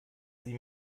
sie